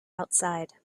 outside